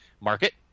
market